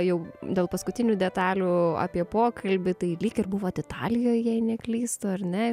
jau dėl paskutinių detalių apie pokalbį tai lyg ir buvot italijoj jei neklystu ar ne